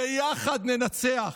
ביחד ננצח.